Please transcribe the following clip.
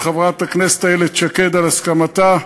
את חברת הכנסת איילת שקד על הסכמתה.